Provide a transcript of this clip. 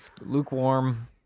lukewarm